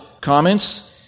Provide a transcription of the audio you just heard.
comments